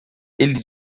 ele